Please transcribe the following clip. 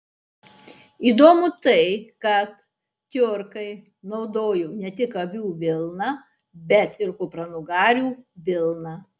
įdomu tai kad tiurkai naudojo ne tik avių vilną bet ir kupranugarių vilną